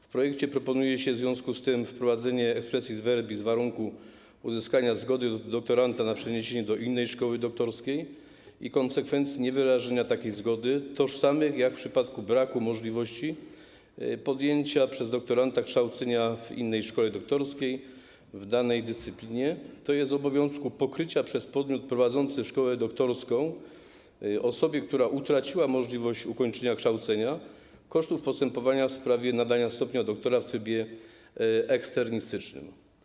W projekcie proponuje się w związku z tym wprowadzenie expressis verbis warunku uzyskania zgody u doktoranta na przeniesienie do innej szkoły doktorskiej i konsekwencji niewyrażenia takiej zgody tożsamej z tą w przypadku braku możliwości podjęcia przez doktoranta kształcenia w innej szkole doktorskiej w danej dyscyplinie, tj. obowiązkiem pokrycia przez podmiot prowadzący szkołę doktorską osobie, która utraciła możliwość ukończenia kształcenia, kosztów postępowania w sprawie nadania stopnia doktora w trybie eksternistycznym.